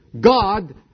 God